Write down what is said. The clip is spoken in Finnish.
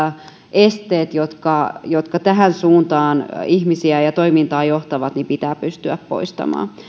esteet jotka jotka tähän suuntaan ihmisiä ja toimintaa johtavat pitää pystyä poistamaan